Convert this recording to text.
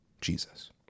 Jesus